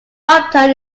upton